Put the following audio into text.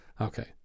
Okay